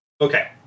Okay